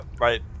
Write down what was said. right